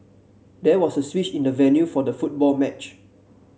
there was a switch in the venue for the football match